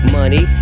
money